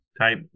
type